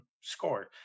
score